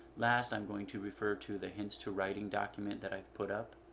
last, i'm going to refer to the hints to writing document that i've put up.